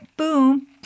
Boom